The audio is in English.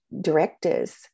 directors